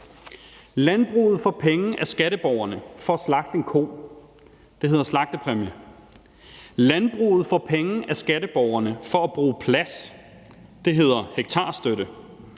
Landbruget får penge af skatteborgerne for at slagte en ko, det hedder en slagtepræmie, landbruget får penge af skatteborgerne for at bruge plads, det hedder hektarstøtte,